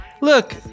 Look